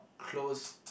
close